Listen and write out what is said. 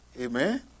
Amen